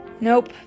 Nope